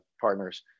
partners